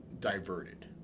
diverted